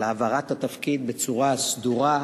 על העברת התפקיד בצורה סדורה,